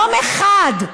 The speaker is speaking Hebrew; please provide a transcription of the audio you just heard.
יום אחד,